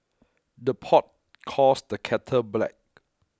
the pot calls the kettle black